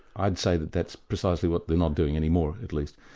i'd say that that's precisely what we're not doing, anymore at least.